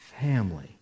family